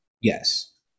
yes